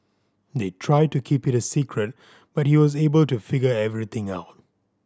they tried to keep it a secret but he was able to figure everything out